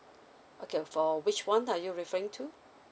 okay for which one are you referring to